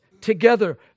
together